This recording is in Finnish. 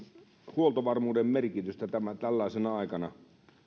huoltovarmuuden merkitystä tällaisena aikana